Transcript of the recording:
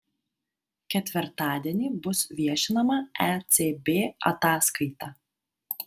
ketvirtadienį bus viešinama ecb ataskaita